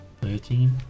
Thirteen